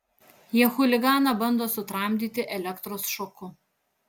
jie chuliganą bando sutramdyti elektros šoku